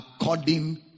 according